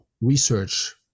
research